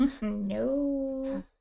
No